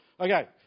Okay